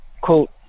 quote